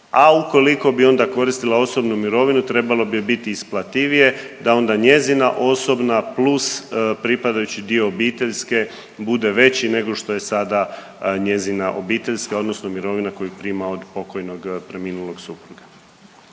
a ukoliko bi onda koristila osobnu mirovinu trebalo bi joj biti isplativije da onda njezina osobna plus pripadajući dio obiteljske bude veći nego što je sada njezina obiteljska odnosno mirovina koju prima od pokojnog preminulog supruga.